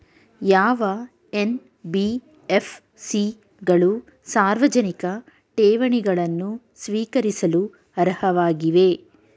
ಯಾವ ಎನ್.ಬಿ.ಎಫ್.ಸಿ ಗಳು ಸಾರ್ವಜನಿಕ ಠೇವಣಿಗಳನ್ನು ಸ್ವೀಕರಿಸಲು ಅರ್ಹವಾಗಿವೆ?